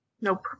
Nope